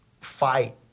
fight